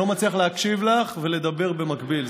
אני לא מצליח להקשיב לך ולדבר במקביל.